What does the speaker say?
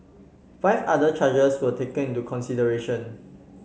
five other charges were taken into consideration